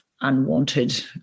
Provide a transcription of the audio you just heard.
unwanted